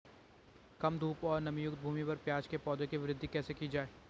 कम धूप और नमीयुक्त भूमि पर प्याज़ के पौधों की वृद्धि कैसे की जाए?